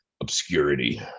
obscurity